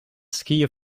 skiën